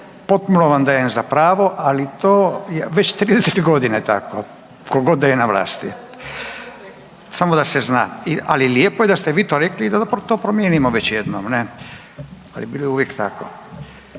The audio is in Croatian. potpuno vam dajem za pravo, ali to već 30 godina je tako, tko god da je na vlasti, samo da se zna. Ali, lijepo je da ste vi to rekli i da to promijenimo već jednom, ne? Ali bilo je uvijek tako.